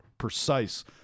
Precise